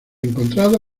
encontrado